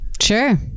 sure